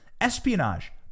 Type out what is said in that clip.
Espionage